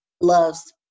loves